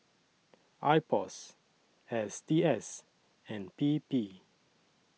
Ipos S T S and P P